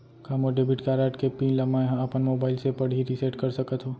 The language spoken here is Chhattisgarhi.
का मोर डेबिट कारड के पिन ल मैं ह अपन मोबाइल से पड़ही रिसेट कर सकत हो?